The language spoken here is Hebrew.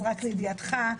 אז לידיעתך,